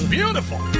Beautiful